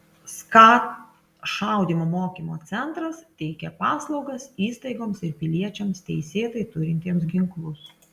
skat šaudymo mokymo centras teikia paslaugas įstaigoms ir piliečiams teisėtai turintiems ginklus